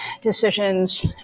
decisions